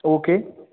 okay